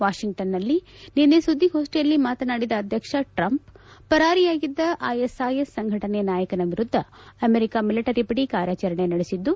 ವಾಷಿಂಗ್ಟನ್ನಲ್ಲಿ ನಿನ್ನೆ ಸುದ್ದಿಗೋಷ್ಠಿಯಲ್ಲಿ ಮಾತನಾಡಿದ ಅಧ್ಯಕ್ಷ ಟ್ರಂಪ್ ಪರಾರಿಯಾಗಿದ್ದ ಐಎಸ್ಐಎಸ್ ಸಂಘಟನೆ ನಾಯಕನ ವಿರುದ್ಧ ಅಮೆರಿಕ ಮಿಲಿಟರಿ ಪಡೆ ಕಾರ್ಯಾಚರಣೆ ನಡೆಸಿದ್ದು